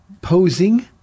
posing